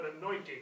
anointing